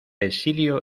exilio